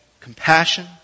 compassion